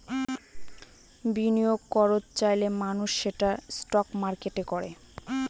বিনিয়োগ করত চাইলে মানুষ সেটা স্টক মার্কেটে করে